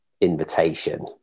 invitation